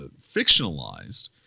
fictionalized